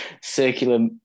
circular